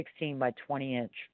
16-by-20-inch